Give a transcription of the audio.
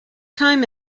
time